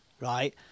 right